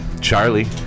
Charlie